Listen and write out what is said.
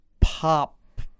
pop